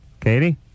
Katie